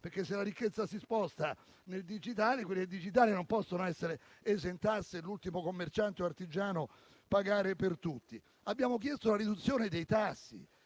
se la ricchezza si sposta nel digitale, le aziende del digitale non possono essere esentasse, mentre l'ultimo commerciante o artigiano pagano per tutti. Abbiamo chiesto la riduzione dei tassi